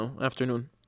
afternoon